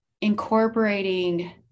incorporating